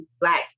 black